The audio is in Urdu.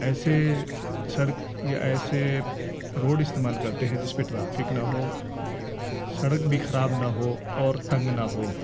ایسے سڑک یا ایسے روڈ استعمال کرتے ہیں جس پہ ٹرافک نہ ہو سڑک بھی خراب نہ ہو اور تنگ نہ ہو